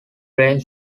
brain